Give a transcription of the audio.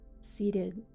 seated